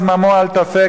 זממו אל תפק,